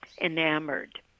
enamored